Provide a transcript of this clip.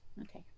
okay